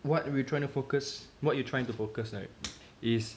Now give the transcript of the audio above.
what we try to focus what you trying to focus right is